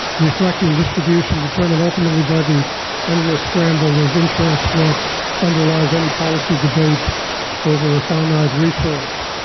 reflecting distribution determined ultimately by the endless scramble of interests that underlies any policy debate over a finite resource.